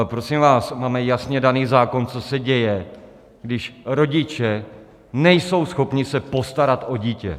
Prosím vás, máme jasně daný zákon, co se děje, když se rodiče nejsou schopni postarat o dítě.